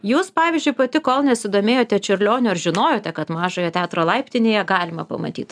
jūs pavyzdžiui pati kol nesidomėjote čiurlioniu ar žinojote kad mažojo teatro laiptinėje galima pamatyt